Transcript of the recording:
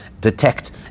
detect